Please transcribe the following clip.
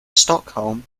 stockholm